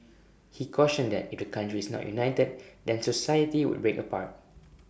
he cautioned that if the country is not united then society would break apart